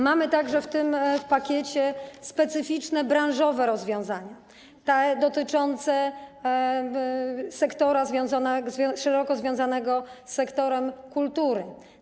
Mamy także w tym pakiecie specyficzne branżowe rozwiązania dotyczące sektora szeroko związanego z sektorem kultury.